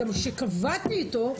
גם כשקבעתי איתו,